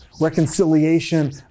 reconciliation